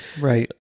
Right